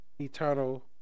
eternal